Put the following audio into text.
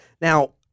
Now